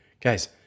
Guys